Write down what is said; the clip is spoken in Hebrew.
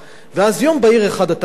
ואז יום בהיר אחד אתה מגיע,